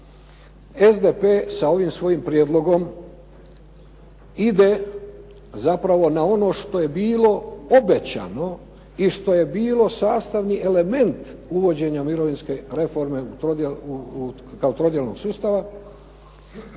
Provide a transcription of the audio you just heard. SDP sa ovim svojim prijedlogom ide zapravo na ono što je bilo obećano i što je bilo sastavni element uvođenja mirovinske reforme kao trodjelnog sustava